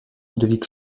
ludovic